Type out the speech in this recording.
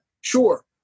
sure